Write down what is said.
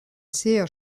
sehr